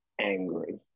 angry